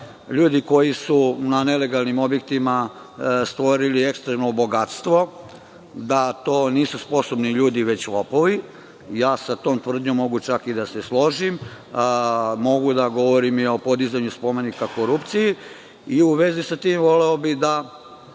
ljudi koji su na nelegalnim objektima stvorili ekstremno bogatstvo, da to nisu sposobni ljudi, već lopovi. Sa tom tvrdnjom mogu čak i da se složim. Mogu da govorim i o podizanju spomenika korupciji. U vezi sa tim, voleo bih da